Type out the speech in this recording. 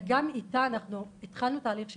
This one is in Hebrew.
גם איתה אנחנו התחלנו תהליך,